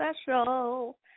special